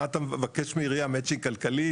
מה אתה מבקש מעירייה מצ'ינג כלכלי?